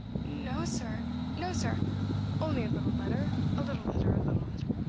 no, sir no, sir only a little letter, a little letter, a little letter,